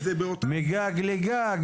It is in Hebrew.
מגג לגג,